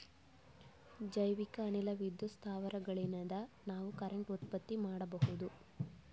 ಜೈವಿಕ್ ಅನಿಲ ವಿದ್ಯುತ್ ಸ್ಥಾವರಗಳಿನ್ದ ನಾವ್ ಕರೆಂಟ್ ಉತ್ಪತ್ತಿ ಮಾಡಬಹುದ್